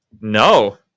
No